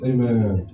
Amen